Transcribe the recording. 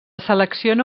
selecciona